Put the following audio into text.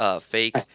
fake